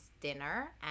dinner